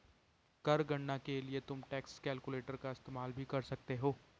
कर गणना के लिए तुम टैक्स कैलकुलेटर का इस्तेमाल भी कर सकते हो